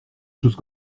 chose